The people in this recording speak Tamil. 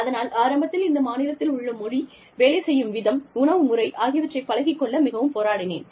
அதனால் ஆரம்பத்தில் இந்த மாநிலத்தில் உள்ள மொழி வேலை செய்யும் விதம் உணவு முறை ஆகியவற்றைப் பழகிக் கொள்ள மிகவும் போராடினேன்